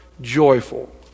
joyful